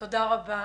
תודה רבה.